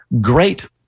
great